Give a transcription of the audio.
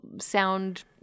sound